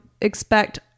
expect